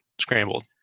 scrambled